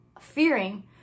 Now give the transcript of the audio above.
fearing